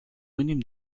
mínim